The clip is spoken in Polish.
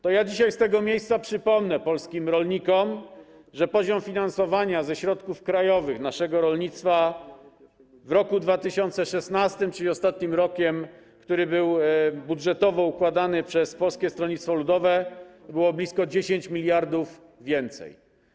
To ja dzisiaj z tego miejsca przypomnę polskim rolnikom, że poziom finansowania ze środków krajowych naszego rolnictwa w roku 2016, czyli ostatnim roku, który był budżetowo układany przez Polskie Stronnictwo Ludowe, to było blisko 10 mld więcej.